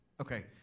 Okay